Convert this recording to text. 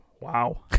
Wow